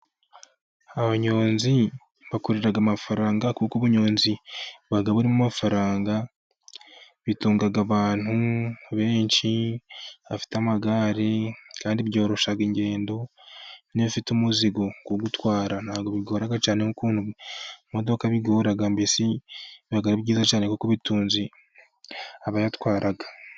Abanyonzi bakorera amafaranga, kuko ubunyonzi buba burimo amafaranga bitunga abantu benshi bafite amagare, kandi byorosha ingendo iyo ufite umuzigo kuwutwara ntabwo bigora cyane nk' ukuntu imodoka bigora mbese biba ari byiza cyane kuko bitunze abayatwara.